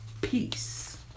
peace